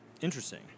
Interesting